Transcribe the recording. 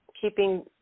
keeping